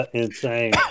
insane